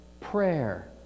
prayer